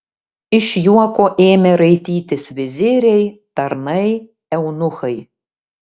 iš juoko ėmė raitytis viziriai tarnai eunuchai